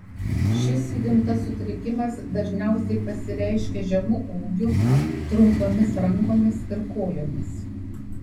šis įgimtas sutrikimas dažniausiai pasireiškia žemu ūgiu trumpomis rankomis ir kojomis